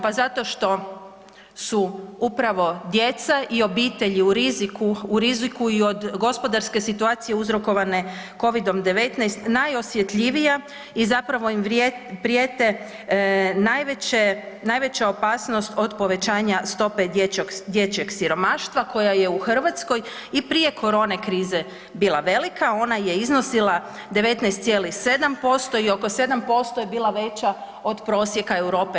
Pa zato što su upravo djeca i obitelji u riziku, u riziku i od gospodarske situacije uzrokovane Covidom-19, najosjetljivija i zapravo im prijete najveća opasnost od povećanja stope dječjeg siromaštva koja je u Hrvatskoj i prije korona krize bila velika, ona je iznosila 19,7% i oko 7% je bila veća od prosjeka Europe.